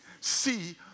See